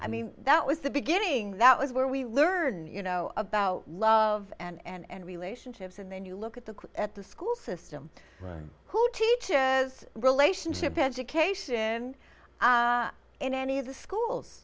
i mean that was the beginning that was where we learned you know about love and relationships and then you look at the at the school system who teaches relationship education in any of the schools